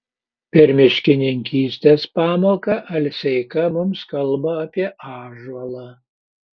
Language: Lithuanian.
per miškininkystės pamoką alseika mums kalba apie ąžuolą